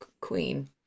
queen